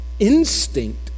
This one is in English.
instinct